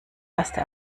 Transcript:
erste